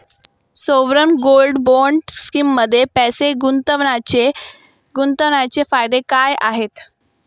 Sovereign gold bond स्कीममध्ये पैसे गुंतवण्याचे फायदे काय आहेत?